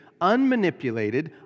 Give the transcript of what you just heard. unmanipulated